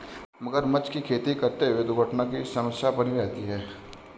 मगरमच्छ की खेती करते हुए दुर्घटना की समस्या बनी रहती है